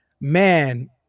man